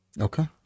Okay